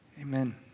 Amen